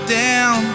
down